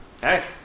Hey